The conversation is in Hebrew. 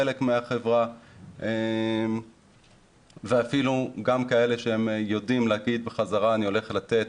חלק מהחברה ואפילו גם כאלה שיודעים להגיד בחזרה 'אני הולך לתת